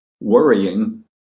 worrying